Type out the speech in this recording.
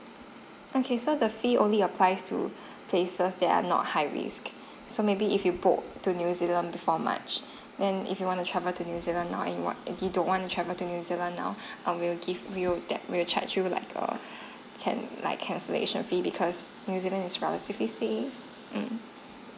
okay so the fee only applies to places that are not high risk so maybe if you booked to new zealand before march then if you want to travel to new zealand now or if you want you don't want to travel to new zealand now um we will give we will def~ we will charge you like err can~ like cancellation fee because new zealand is relatively safe mm